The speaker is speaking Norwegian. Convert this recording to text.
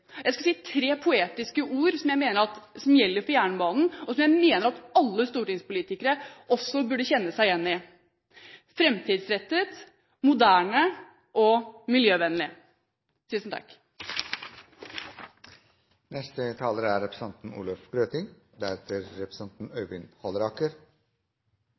Jeg skal si tre poetiske ord som gjelder for jernbanen, og som jeg mener alle stortingspolitikere også burde kjenne seg igjen i: framtidsrettet, moderne og miljøvennlig. Lederen i transportkomiteen sa tidligere i dag: Samferdsel er